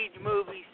movies